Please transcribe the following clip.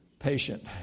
Patient